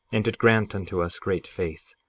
and did grant unto us great faith,